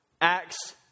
Acts